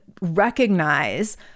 recognize